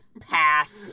pass